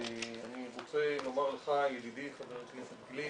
ואני רוצה לומר לך ידידי חבר הכנסת גליק,